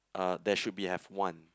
uh there should be have one